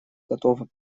готова